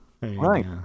right